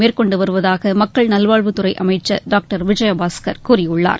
மேற்கொண்டு வருவதாக மக்கள் நல்வாழ்வுத்துறை அமைச்சர் டாக்டர் விஜயபாஸ்கர் கூறியுள்ளார்